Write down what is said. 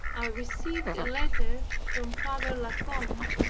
i received a letter from father la combe,